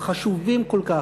החשובים כל כך,